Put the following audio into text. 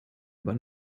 aber